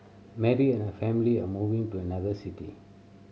Mary and her family were moving to another city